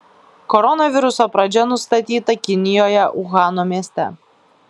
koronaviruso pradžia nustatyta kinijoje uhano mieste